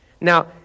Now